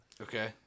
Okay